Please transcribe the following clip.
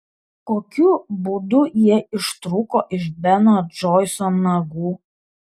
kokiu būdu jie ištrūko iš beno džoiso nagų